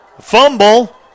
Fumble